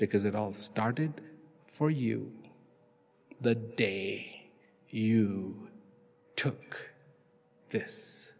because it all started for you the day you took this